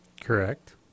Correct